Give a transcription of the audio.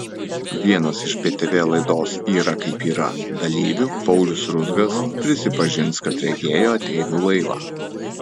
vienas iš btv laidos yra kaip yra dalyvių paulius ruzgas prisipažins kad regėjo ateivių laivą